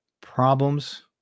problems